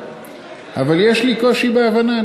אבל יש לי קושי בהבנה,